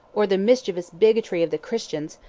or the mischievous bigotry of the christians,